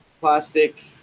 plastic